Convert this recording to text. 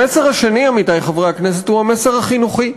המסר השני, עמיתי חברי הכנסת, הוא המסר החינוכי.